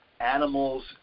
animals